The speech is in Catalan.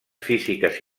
físiques